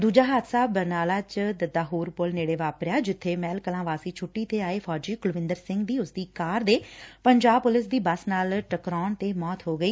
ਦੁਜਾ ਹਾਦਸਾ ਬਰਨਾਲਾ ਚ ਦੱਧਾਹੁਰ ਪੁਲ ਨੇੜੇ ਵਾਪਰਿਆ ਜਿੱਥੇ ਮਹਿਲਕਲਾਂ ਵਾਸੀ ਛੱਟੀ ਤੇ ਆਏ ਫੌਜੀ ਕੁਲਵਿੰਦਰ ਸਿੰਘ ਦੀ ਉਸਦੀ ਕਾਰ ਦੇ ਪੰਜਾਬ ਪੁਲਿਸ ਦੀ ਬੋਸ ਨਾਲ ਟਕਰਾਉਣ ਤੇ ਮੌਤ ਹੋ ਗਈ